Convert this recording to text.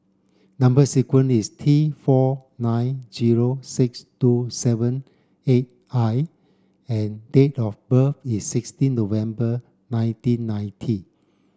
number sequence is T four nine zero six two seven eight I and date of birth is sixteen November nineteen ninety